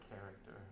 character